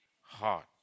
heart